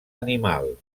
animal